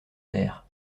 terre